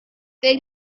they